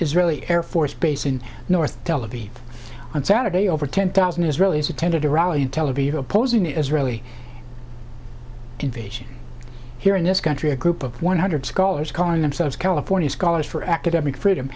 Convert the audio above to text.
israeli air force base in north delegate on saturday over ten thousand israelis attended a rally in tel aviv opposing israeli invasion here in this country a group of one hundred scholars calling themselves california scholars for academic freedom